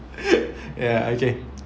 ya okay